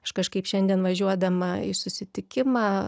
aš kažkaip šiandien važiuodama į susitikimą